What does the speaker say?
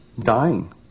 dying